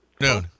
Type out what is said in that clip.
No